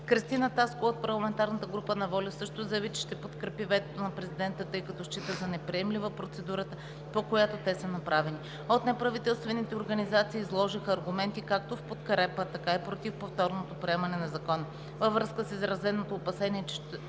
група на „Воля“ също заяви, че ще подкрепи ветото на президента, тъй като счита за неприемлива процедурата, по която те са направени. От неправителствените организации изложиха аргументи както в подкрепа, така и против повторното приемане на Закона. Във връзка с изразено опасение,